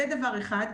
זה דבר אחד.